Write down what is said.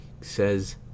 says